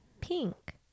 Pink